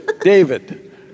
David